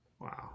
Wow